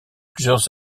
plusieurs